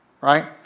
right